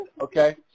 Okay